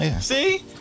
see